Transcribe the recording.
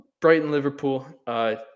Brighton-Liverpool